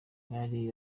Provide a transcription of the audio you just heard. bari